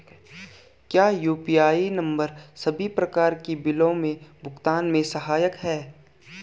क्या UPI number सभी प्रकार के बिलों के भुगतान में सहायक हैं?